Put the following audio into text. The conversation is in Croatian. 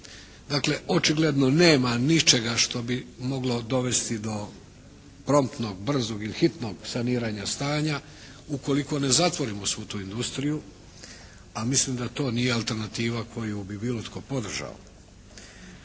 dakle očigledno nema ničega što bi moglo dovesti do promptnog, brzog ili hitnog saniranja stanja ukoliko ne zatvorimo svu tu industriju, a mislim da to nije alternativa koju bi bilo tko podržao.